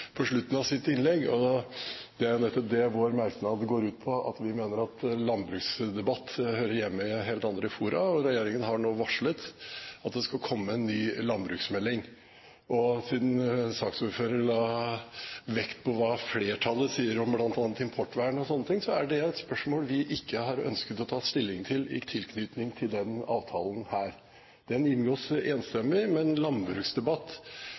på slutten av sitt innlegg. Vår merknad går nettopp ut på at landbruksdebatten hører hjemme i en helt annen debatt, og regjeringen har nå varslet at det skal komme en ny landbruksmelding. Siden saksordføreren la vekt på hva flertallet sier om bl.a. importvernet og sånne ting, er det spørsmål vi ikke har ønsket å ta stilling til i tilknytning til denne avtalen. Den inngås enstemmig, men